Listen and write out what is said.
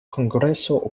kongreso